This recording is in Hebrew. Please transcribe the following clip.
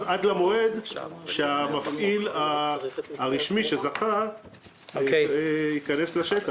עד למועד שהמפעיל שזכה ייכנס לשטח.